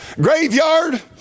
graveyard